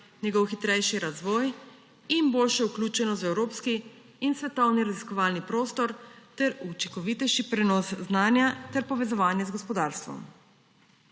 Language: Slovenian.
njegov hitrejši razvoj in boljšo vključenost v evropski in svetovni raziskovalni prostor ter učinkovitejši prenos znanja ter povezovanje z gospodarstvom.